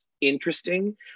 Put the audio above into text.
interesting